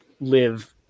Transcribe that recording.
live